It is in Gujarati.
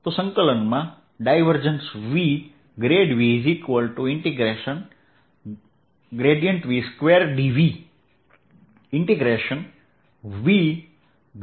VVV2dV VV